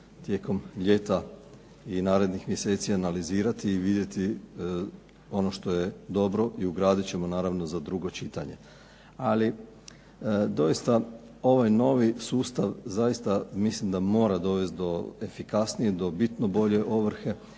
tijekom ljeta i narednih mjeseci analizirati i vidjeti ono što je dobro i ugradit ćemo naravno za drugo čitanje. Ali doista ovaj novi sustav zaista mislim da mora dovesti do efikasnije, do bitno bolje ovrhe